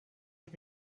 ich